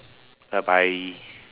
bye bye